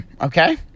okay